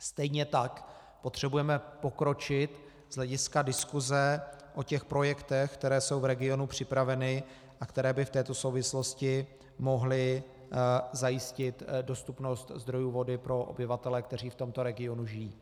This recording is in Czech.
Stejně tak potřebujeme pokročit z hlediska diskuse o těch projektech, které jsou v regionu připraveny a které by v této souvislosti mohly zajistit dostupnost zdrojů vody pro obyvatele, kteří v tomto regionu žijí.